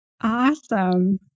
Awesome